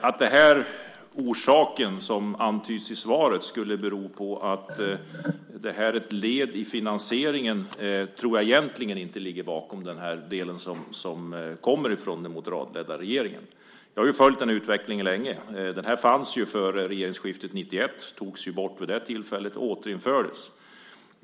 Att orsaken, som antyds i svaret, skulle vara att det här är ett led i finansieringen tror jag egentligen inte ligger bakom det som här kommer från den moderatledda regeringen. Jag har länge följt utvecklingen. Den här möjligheten fanns före regeringsskiftet 1991 men togs bort vid det tillfället för att senare återinföras.